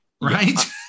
Right